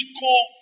call